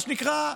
מה שנקרא,